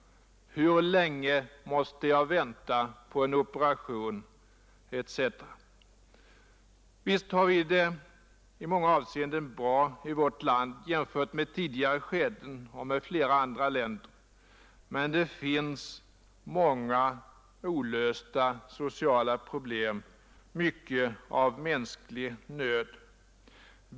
Hur länge måste jag vänta på en operation? Visst har vi det i många avseenden bra i vårt land jämfört med tidigare skeden och med flera andra länder. Men det finns många olösta sociala problem och mycket av mänsklig nöd.